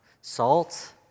salt